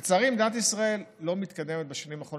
לצערי, מדינת ישראל לא מתקדמת בשנים האחרונות